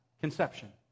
conception